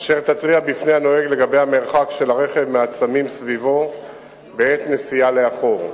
אשר תתריע בפני הנוהג לגבי המרחק של הרכב מעצמים סביבו בעת נסיעה לאחור.